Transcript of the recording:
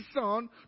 Son